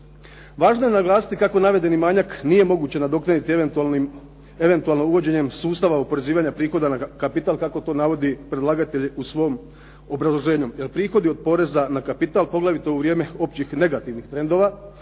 Važno je naglasiti kako navedeni manjak nije moguće nadoknaditi eventualno uvođenjem sustava oporezivanja prihoda na kapital kako to navodi predlagatelj u svom obrazloženju, jer prihodi od poreza na kapital poglavito u vrijeme općih negativnih trendova